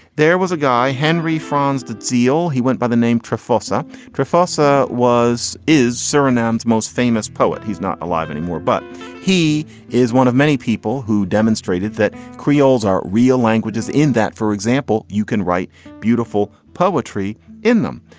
there was a guy, henry frons, did zehle. he went by the name triphosphate ah triforce ah was is surinamese most famous poet. he's not alive anymore, but he is one of many people who demonstrated that creoles are real languages in that, for example, you can write beautiful poetry in them.